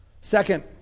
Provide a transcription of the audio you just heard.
second